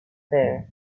there